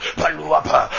paluapa